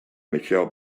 michelle